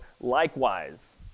likewise